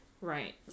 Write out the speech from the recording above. Right